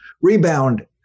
rebound